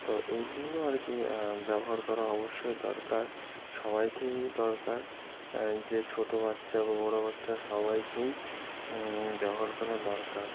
তো এইগুলো আর কি ব্যবহার করা অবশ্যই দরকার সবাইকেই দরকার যে ছোট বাচ্চা বা বড় বাচ্চা সবাইকেই ব্যবহার করা দরকার